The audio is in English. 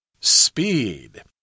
Speed